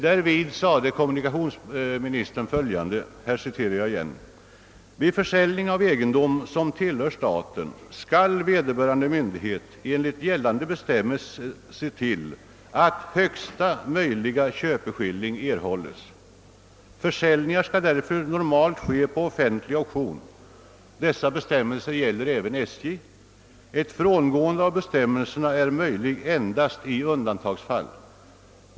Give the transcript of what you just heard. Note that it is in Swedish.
Därvid sade kommunikationsministern bl.a. följande: » Vid försäljning av egendom som tillhör staten skall vederbörande myndighet enligt gällande bestämmelser se till, att högsta möjliga köpeskilling erhålles. Försäljningar skall därför normalt ske på offentlig auktion. Dessa bestämmelser gäller även SJ. Ett frångående av bestämmelserna är möjligt endast i undantagsfall.